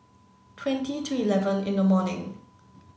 twenty to eleven in the morning